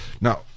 Now